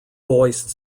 voiced